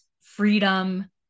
freedom